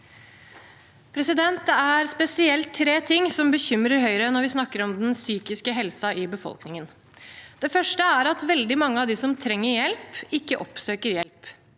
Det er spesielt tre ting som bekymrer Høyre når vi snakker om den psykiske helsen i befolkningen. Det første er at veldig mange av dem som trenger hjelp, ikke oppsøker hjelp.